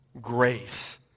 grace